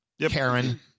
Karen